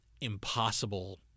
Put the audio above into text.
impossible